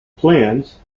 plans